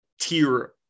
tier